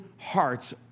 hearts